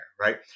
right